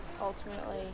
ultimately